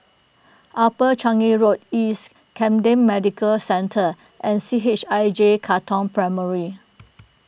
Upper Changi Road East Camden Medical Centre and C H I J Katong Primary